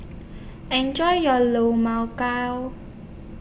Enjoy your Low Mao Gao